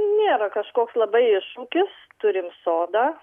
nėra kažkoks labai iššūkis turim sodą